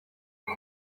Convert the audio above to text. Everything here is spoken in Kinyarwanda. uri